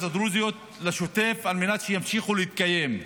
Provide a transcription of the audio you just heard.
הדרוזיות לשוטף על מנת שימשיכו להתקיים,